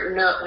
no